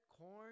corn